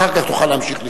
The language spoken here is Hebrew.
אחר כך תוכל להמשיך לשאול.